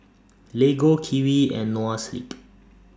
Lego Kiwi and Noa Sleep